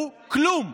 הוא כלום.